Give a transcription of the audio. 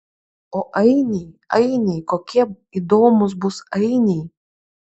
o ainiai ainiai kokie įdomūs bus ainiai